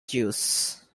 zeus